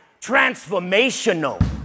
transformational